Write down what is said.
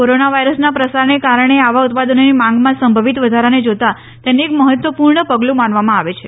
corona વાયરસના પ્રસારને કારણે આવા ઉત્પાદનોની માંગમાં સંભવિત વધારાને જોતા તેને એક મહત્વપૂર્ણ પગલું માનવામાં આવે છે